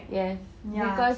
yes because